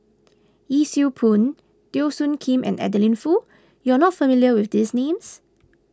Yee Siew Pun Teo Soon Kim and Adeline Foo you are not familiar with these names